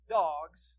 dogs